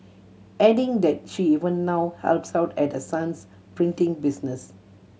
adding that she even now helps out at her son's printing business